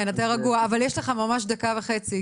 יש לך ממש דקה וחצי,